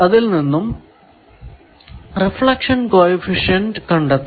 അതിൽ നിന്നും reflection coefficient കണ്ടെത്തുക